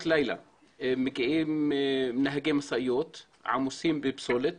לילה מגיעים נהגי משאיות עמוסות בפסולת